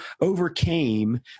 overcame